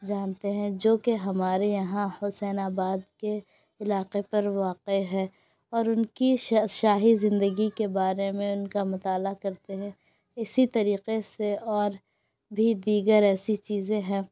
جانتے ہیں جوکہ ہمارے یہاں حسین آباد کے علاقے پر واقع ہے اور ان کی شاہی زندگی کے بارے میں ان کا مطالعہ کرتے ہیں اسی طریقے سے اور بھی دیگر ایسی چیزیں ہیں